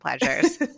pleasures